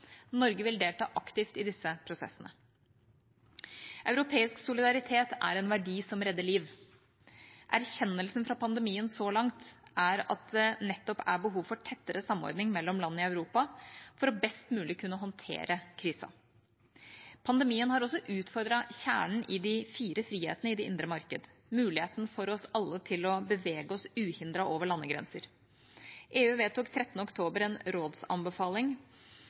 Norge vil delta aktivt i disse prosessene. Europeisk solidaritet er en verdi som redder liv. Erkjennelsen fra pandemien så langt er at det nettopp er behov for tettere samordning mellom land i Europa for best mulig å kunne håndtere krisa. Pandemien har også utfordret kjernen i de fire frihetene i det indre marked: muligheten for oss alle til å bevege oss uhindret over landegrenser. EU vedtok den 13. oktober en rådsanbefaling